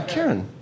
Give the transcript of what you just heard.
Karen